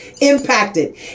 impacted